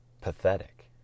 pathetic